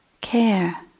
care